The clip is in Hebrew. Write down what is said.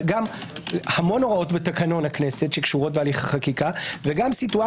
המון הוראות בתקנון הכנסת שקשורות בהליך החקיקה וגם מצבים